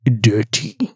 dirty